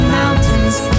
mountains